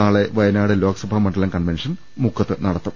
നാളെ വയനാട് ലോക്സഭാ മണ്ഡലം കൺവൻഷൻ മുക്കത്ത് നടക്കും